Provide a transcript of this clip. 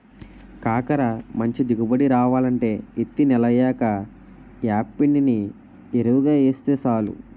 కాకర మంచి దిగుబడి రావాలంటే యిత్తి నెలయ్యాక యేప్పిండిని యెరువుగా యేస్తే సాలు